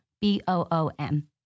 B-O-O-M